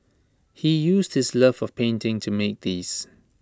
he used his love of painting to make these